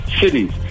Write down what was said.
cities